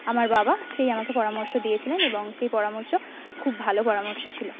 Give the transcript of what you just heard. আমার বাবা সেই আমাকে পরামর্শ দিয়েছিলেন এবং সেই পরামর্শ খুব ভালো পরামর্শ ছিল